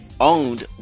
owned